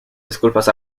disculpas